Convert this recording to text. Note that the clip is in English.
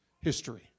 history